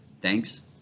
Thanks